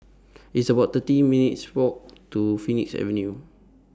It's about thirty minutes' Walk to Phoenix Avenue